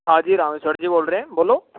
हाँ जी रामेश्वर जी बोल रहे हैं बोलो